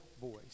voice